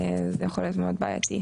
זה עלול להיות מאוד בעייתי.